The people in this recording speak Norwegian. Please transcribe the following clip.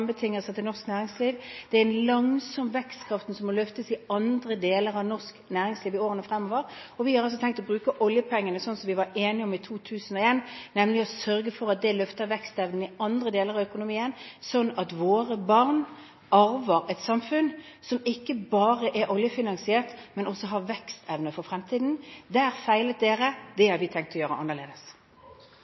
til norsk næringsliv. Det er den langsomme vekstkraften som må løftes i andre deler av norsk næringsliv i årene fremover. Vi har tenkt å bruke oljepengene sånn som vi var enige om i 2001, nemlig å sørge for at det løfter vekstevnen i andre deler av økonomien, sånn at våre barn arver et samfunn som ikke bare er oljefinansiert, men også har vekstevne for fremtiden. Der feilet den forrige regjeringen – det har vi tenkt å gjøre annerledes.